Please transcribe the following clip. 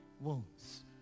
wounds